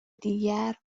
دیگر